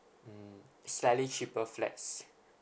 mm slightly cheaper flats